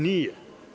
Nije.